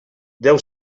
deu